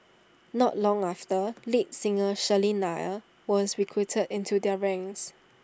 not long after lead singer Shirley Nair was recruited into their ranks